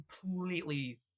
completely